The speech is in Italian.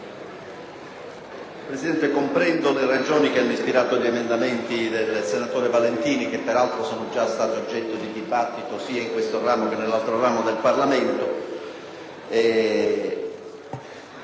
Presidente, comprendo le ragioni che hanno ispirato gli emendamenti del senatore Benedetti Valentini, che peraltro sono stati oggetto di dibattito sia in questo che nell'altro ramo del Parlamento.